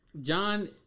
John